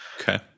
Okay